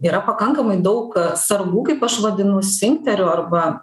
yra pakankamai daug sargų kaip aš vadinu sfinkterių arba